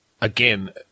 again